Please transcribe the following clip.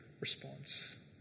response